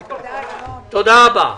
תודה רבה.